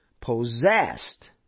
possessed